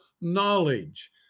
knowledge